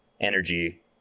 energy